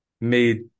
made